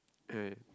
okay